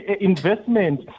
investment